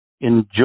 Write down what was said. enjoy